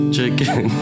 Chicken